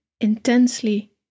intensely